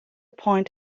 point